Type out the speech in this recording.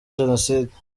jenoside